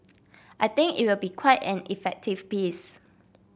I think it will be quite an effective piece